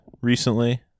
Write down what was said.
recently